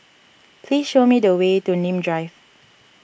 please show me the way to Nim Drive